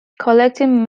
collecting